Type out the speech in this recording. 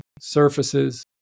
surfaces